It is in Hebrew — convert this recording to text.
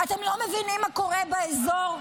אתם לא מבינים מה קורה באזור?